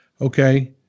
okay